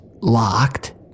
locked